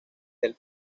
del